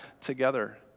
together